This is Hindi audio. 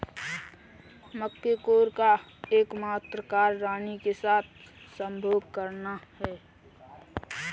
मुकत्कोर का एकमात्र कार्य रानी के साथ संभोग करना है